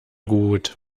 gut